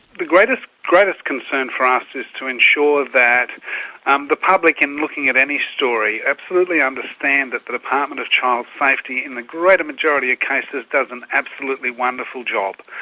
the greatest greatest concern for us is to ensure that um the public, in looking at any story, absolutely understand that the department of child safety in the greater majority of cases, does an absolutely wonderful job.